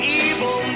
evil